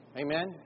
Amen